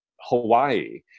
Hawaii